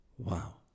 Wow